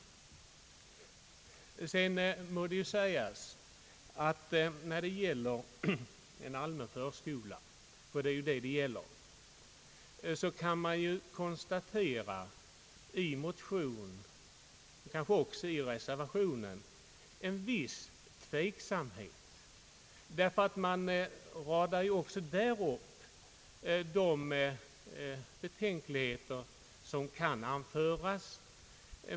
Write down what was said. När det sedan gäller en allmän förskola — som det är fråga om här — kan man konstatera en viss tveksamhet i motionerna och kanske också i reservationen, därför att där radas upp de betänkligheter som kan anföras.